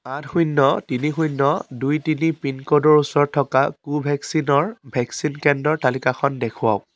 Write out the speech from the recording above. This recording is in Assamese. আঠ শূন্য তিনি শূন্য দুই তিনি পিন ক'ডৰ ওচৰত থকা কোভেক্সিনৰ ভেকচিন কেন্দ্ৰৰ তালিকাখন দেখুৱাওক